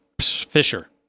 Fisher